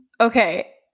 Okay